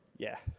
yeah.